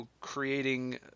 creating